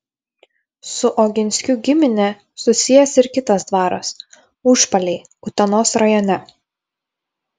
su oginskių gimine susijęs ir kitas dvaras užpaliai utenos rajone